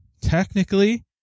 technically